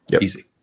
Easy